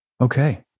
okay